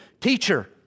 Teacher